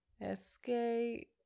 Escape